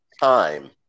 time